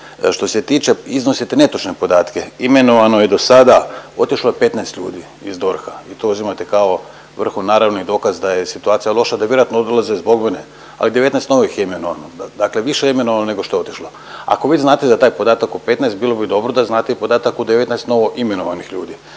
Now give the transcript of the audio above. Što se tiče, iznosite netočne podatke, imenovano je dosada, otišlo je 15 ljudi iz DORH-a i to uzimate kao …/Govornik se ne razumije./…naravno i dokaz da je situacija loša, da vjerojatno odlaze zbog mene, ali 19 novih je imenovano, dakle više je imenovano nego što je otišlo. Ako vi znate za taj podatak od 15, bilo bi dobro da znate i podatak od 19 novoimenovanih ljudi.